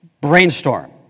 Brainstorm